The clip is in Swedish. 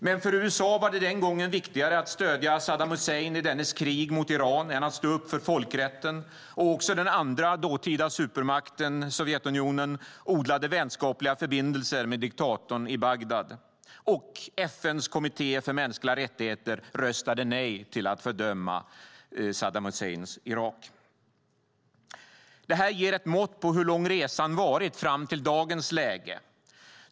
Men för USA var det den gången viktigare att stödja Saddam Hussein i dennes krig mot Iran än att stå upp för folkrätten, och också den andra dåtida supermakten, Sovjetunionen, odlade vänskapliga förbindelser med diktatorn i Bagdad. Och FN:s kommitté för mänskliga rättigheter röstade nej till att fördöma Saddam Husseins Irak. Det här ger ett mått på hur lång resan varit fram till dagens läge.